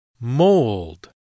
Mold